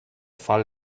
fall